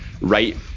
right